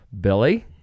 Billy